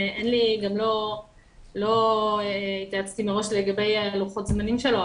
גם לא התייעצתי מראש לגבי לוחות הזמנים שלו,